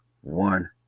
one